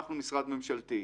אנחנו משרד ממשלתי,